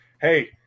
hey